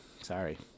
Sorry